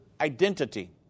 identity